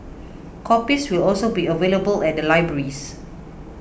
copies will also be available at the libraries